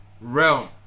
realm